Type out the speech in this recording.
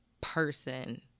person